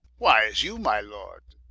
why, as you, my lord,